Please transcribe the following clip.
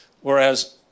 Whereas